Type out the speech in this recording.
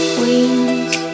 wings